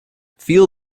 feel